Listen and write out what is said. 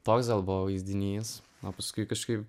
toks gal buvo vaizdinys o paskui kažkaip